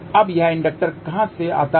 अब यह इंडक्टर कहां से आता है